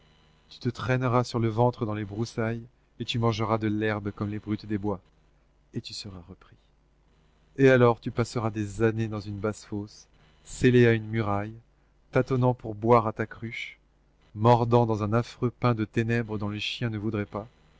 tu te traîneras sur le ventre dans les broussailles et tu mangeras de l'herbe comme les brutes des bois et tu seras repris et alors tu passeras des années dans une basse-fosse scellé à une muraille tâtonnant pour boire à ta cruche mordant dans un affreux pain de ténèbres dont les chiens ne voudraient pas